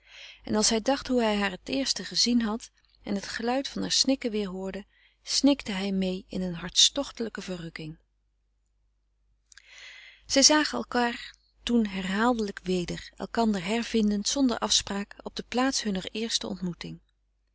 en als hij dacht hoe hij haar t eerste gezien had en het geluid van haar snikken weer hoorde snikte hij mee in een hartstochtelijke verrukking zij zagen elkander toen herhaaldelijk weder elkander hervindend zonder afspraak op de plaats hunner eerste ontmoeting